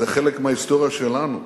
זה חלק מההיסטוריה שלנו.